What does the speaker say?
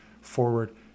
forward